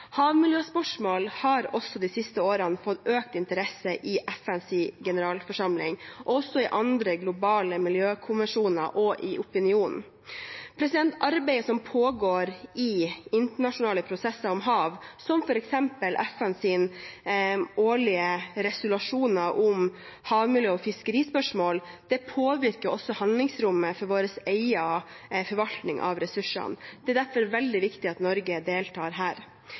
Havmiljøspørsmål har de siste årene fått økt interesse i FNs generalforsamling og også i andre globale miljøkonvensjoner og i opinionen. Arbeidet som pågår i internasjonale prosesser om hav, som f.eks. FNs årlige resolusjoner om havmiljø og fiskerispørsmål, påvirker også handlingsrommet for vår egen forvaltning av ressursene. Det er derfor veldig viktig at Norge deltar her.